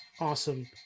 Awesome